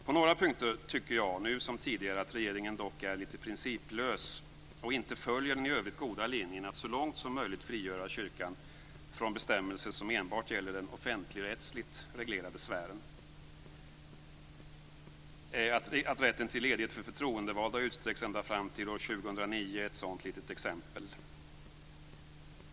På några punkter tycker jag nu som tidigare att regeringen dock är litet principlös och inte följer den i övrigt goda linjen att så långt som möjligt frigöra kyrkan från bestämmelser som enbart gäller den offentligrättsligt reglerade sfären. Att rätten till ledighet för förtroendevalda utsträcks ända fram till år 2009 är ett sådant litet exempel.